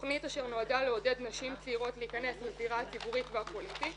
תכנית אשר נועדה לעודד נשים צעירות להיכנס לזירה הציבורית והפוליטית,